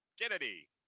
Kennedy